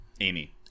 amy